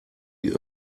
die